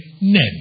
name